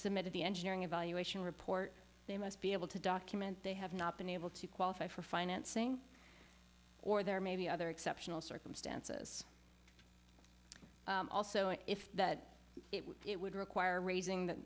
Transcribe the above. submitted the engineering evaluation report they must be able to document they have not been able to qualify for financing or there may be other exceptional circumstances also if that it would require raising the